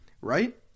right